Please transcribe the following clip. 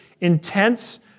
intense